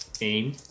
aim